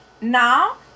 Now